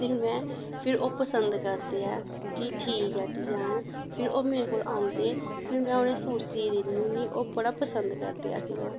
फिर में फिर ओह् पसंद करदे ऐ कि ठीक ऐ डिजाइन फिर ओह् मेरे कोल आंदे फिर में उ'नेंगी सूट सी दिन्नी होन्नी ओह् बड़ा पसंद करदे ऐ फिर ओह्